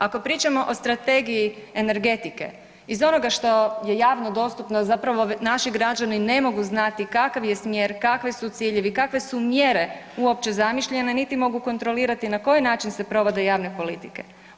Ako pričamo o strategiji energetike, iz onoga što je javno dostupno zapravo naši građani ne mogu znati kakav je smjer, kakvi su ciljevi, kakve su mjere uopće zamišljene niti mogu kontrolirati na koji način se provode javne politike.